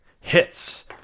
hits